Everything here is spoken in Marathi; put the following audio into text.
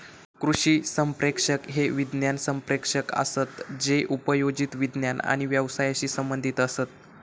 कृषी संप्रेषक हे विज्ञान संप्रेषक असत जे उपयोजित विज्ञान आणि व्यवसायाशी संबंधीत असत